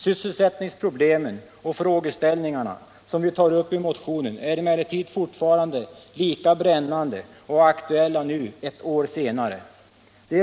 Sysselsättningsproblemen och frågeställningarna som vi tar upp i motionen är emellertid fortfarande lika brännande och aktuella nu ett år senare.